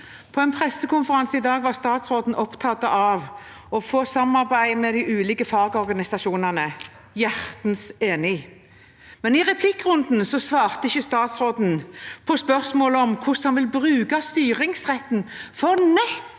På en pressekonferanse i dag var statsråden opptatt av å få samarbeid med de ulike fagorganisasjonene. Jeg er hjertens enig. I replikkrunden svarte likevel ikke statsråden på spørsmålet om hvordan han vil bruke styringsretten til nettopp